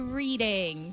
reading